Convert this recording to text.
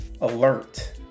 alert